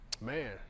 man